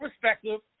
perspective